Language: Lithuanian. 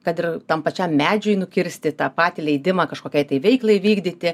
kad ir tam pačiam medžiui nukirsti tą patį leidimą kažkokiai veiklai vykdyti